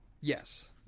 yes